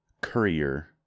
courier